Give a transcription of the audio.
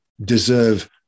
deserve